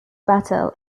battle